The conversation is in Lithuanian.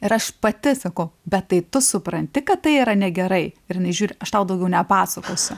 ir aš pati sakau bet tai tu supranti kad tai yra negerai ir jinai žiūri aš tau daugiau nepasakosiu